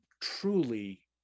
truly